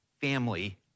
family